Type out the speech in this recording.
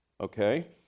Okay